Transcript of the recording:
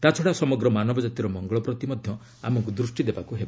ତା'ଛଡ଼ା ସମଗ୍ର ମାନବଜାତିର ମଙ୍ଗଳ ପ୍ରତି ମଧ୍ୟ ଆମକୁ ଦୃଷ୍ଟି ଦେବାକୁ ହେବ